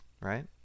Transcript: right